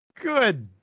Good